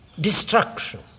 destruction